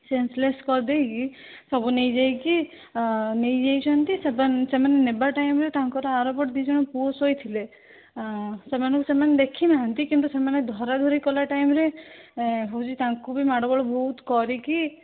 senseless କରିଦେଇକି ସବୁ ନେଇଯାଇକି ନେଇ ଯାଇଛନ୍ତି ସେମାନେ ନେବା ଟାଇମ୍ରେ ତାଙ୍କର ଆରପଟେ ଦୁଇ ଜଣ ପୁଅ ଶୋଇଥିଲେ ସେମାନଙ୍କୁ ସେମାନେ ଦେଖିନାହାନ୍ତି କିନ୍ତୁ ସେମାନେ ଧରାଧରି କଲା ଟାଇମ୍ରେ ହେଉଛି ତାଙ୍କୁ ବି ମାଡ଼ଗୋଳ ବହୁତ କରିକି